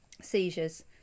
seizures